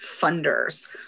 funders